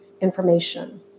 information